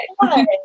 hi